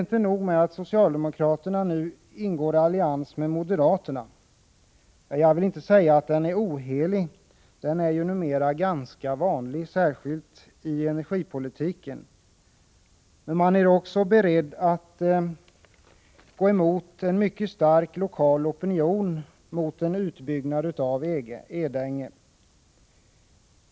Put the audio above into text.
Inte nog med att socialdemokraterna nu ingår allians med moderaterna — jag vill inte säga att den är ohelig, för sådana är numera ganska vanliga, särskilt i energipolitiken — utan de är också beredda att gå emot en mycket stark lokal opinion mot en utbyggnad av Edänge.